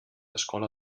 escola